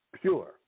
pure